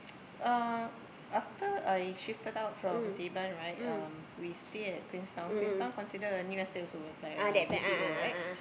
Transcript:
uh after I shifted out from Teban right um we stay at Queenstown Queenstown considered a new estate also it's like a B_T_O right